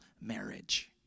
marriage